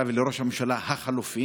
ולראש הממשלה החלופי